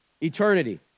eternity